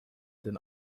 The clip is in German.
denn